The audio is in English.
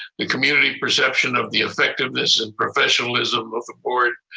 the community perception of the effectiveness and professionalism of the board,